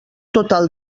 total